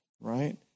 right